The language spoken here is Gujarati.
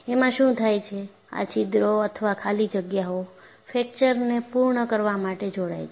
એમાં શું થાય છે આ છિદ્રો અથવા ખાલી જગ્યાઓ ફ્રેકચરને પૂર્ણ કરવા માટે જોડાય છે